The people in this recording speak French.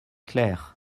clair